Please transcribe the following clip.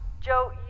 Joe